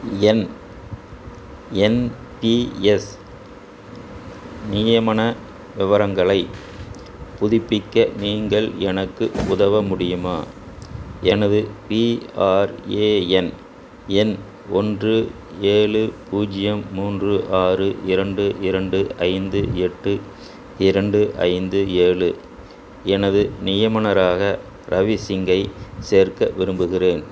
என் NPS நியமன விவரங்களைப் புதுப்பிக்க நீங்கள் எனக்கு உதவ முடியுமா எனது பிஆர்ஏஎன் எண் ஒன்று ஏழு பூஜ்ஜியம் மூன்று ஆறு இரண்டு இரண்டு ஐந்து எட்டு இரண்டு ஐந்து ஏழு எனது நியமனமராக ரவிசிங்கை சேர்க்க விரும்புகிறேன்